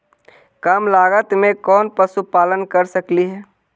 कम लागत में कौन पशुपालन कर सकली हे?